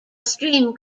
stream